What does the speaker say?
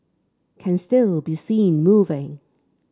can still be seen moving